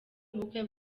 ubukwe